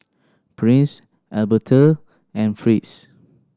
Prince Albertha and Fritz